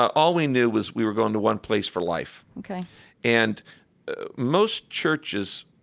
all we knew was we were going to one place for life ok and most churches,